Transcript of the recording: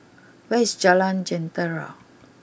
where is Jalan Jentera